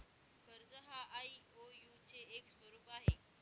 कर्ज हा आई.ओ.यु चे एक स्वरूप आहे